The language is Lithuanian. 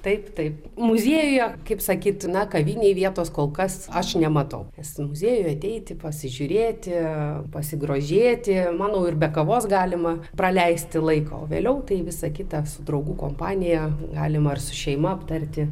taip taip muziejuje kaip sakytų na kavinėj vietos kol kas aš nematau nes muziejuje ateiti pasižiūrėti pasigrožėti manau ir be kavos galima praleisti laiko vėliau tai visą kitą su draugų kompanija galima ir su šeima aptarti